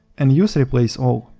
and use replace all.